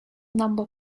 number